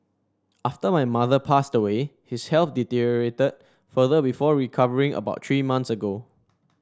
after my mother passed away his health deteriorated further before recovering about three months ago